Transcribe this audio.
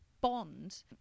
bond